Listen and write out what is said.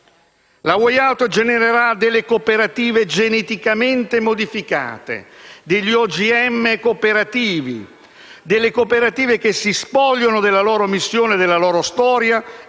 La *way out* genererà delle cooperative geneticamente modificate, degli OGM cooperativi, delle cooperative che si spogliano della loro missione e della loro storia